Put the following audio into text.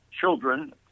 children